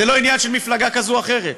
זה לא עניין של מפלגה כזו או אחרת.